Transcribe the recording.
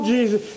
Jesus